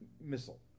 missile